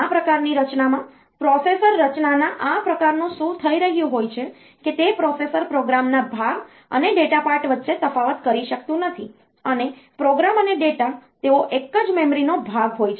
આ પ્રકારની રચનામાં પ્રોસેસર રચનાના આ પ્રકારનું શું થઈ રહ્યું હોય છે કે તે પ્રોસેસર પ્રોગ્રામના ભાગ અને ડેટા પાર્ટ વચ્ચે તફાવત કરી શકતું નથી અને પ્રોગ્રામ અને ડેટા તેઓ એક જ મેમરીનો ભાગ હોય છે